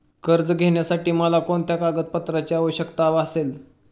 कर्ज घेण्यासाठी मला कोणत्या कागदपत्रांची आवश्यकता भासेल?